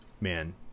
man